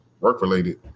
work-related